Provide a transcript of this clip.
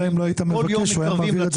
מבין את